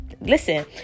listen